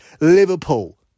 Liverpool